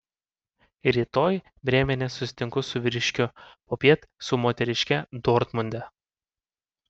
rytoj brėmene susitinku su vyriškiu popiet su moteriške dortmunde